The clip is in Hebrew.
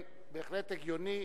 כן, בהחלט הגיוני,